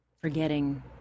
forgetting